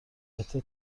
قطعه